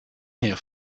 here